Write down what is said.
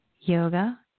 Yoga